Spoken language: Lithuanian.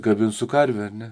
kabins su karve ar ne